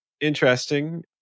interesting